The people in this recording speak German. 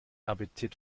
appetit